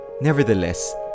Nevertheless